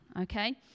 okay